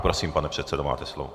Prosím, pane předsedo, máte slovo.